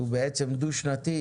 שהוא דו שנתי,